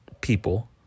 people